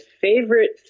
favorite